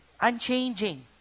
Unchanging